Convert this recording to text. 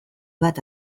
bat